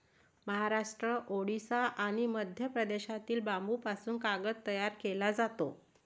महाराष्ट्र, ओडिशा आणि मध्य प्रदेशातील बांबूपासून कागद तयार केला जातो